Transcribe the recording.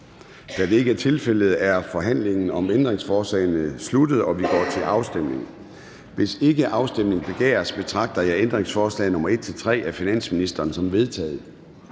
Da det ikke er tilfældet, er forhandlingen om ændringsforslagene sluttet, og vi går til afstemning. Kl. 10:01 Afstemning Formanden (Søren Gade): Hvis ikke afstemning begæres, betragter jeg ændringsforslag nr. 1-3 af finansministeren som vedtaget.